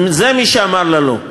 זה מי שאמר לה לא,